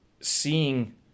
seeing